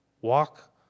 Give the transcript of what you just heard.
walk